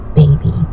baby